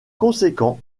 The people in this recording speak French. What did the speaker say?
conséquent